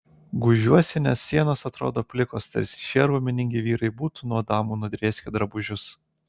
gūžiuosi nes sienos atrodo plikos tarsi šie raumeningi vyrai būtų nuo damų nudrėskę drabužius